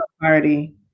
party